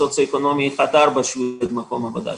מסוציו-אקונומי 1 - 4 שאיבד את מקום עבודתו,